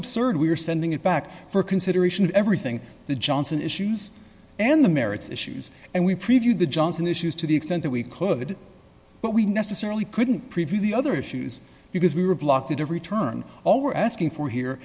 absurd we're sending it back for consideration everything the johnson issues and the merits issues and we previewed the johnson issues to the extent that we could but we necessarily couldn't preview the other issues because we were blocked at every turn all we're asking for here